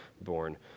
born